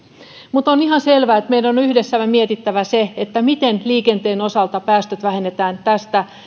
mutta on ihan selvää että meidän on on yhdessä mietittävä se miten liikenteen osalta päästöjä vähennetään